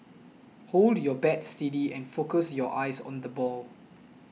hold your bat steady and focus your eyes on the ball